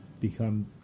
become